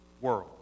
world